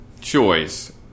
choice